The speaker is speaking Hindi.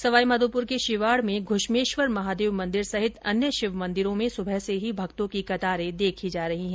सवाईमाधोपुर के शिवाड में घ्रश्मेश्वर महादेव मंदिर सहित अन्य शिव मंदिरों में सुबह से ही भक्तों की कतारें देखी जा रही है